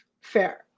fair